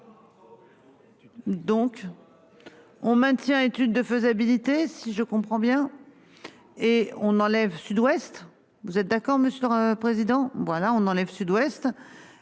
Donc. On maintient étude de faisabilité. Si je comprends bien. Et on enlève Sud-Ouest. Vous êtes d'accord monsieur le président. Voilà on enlève Sud-Ouest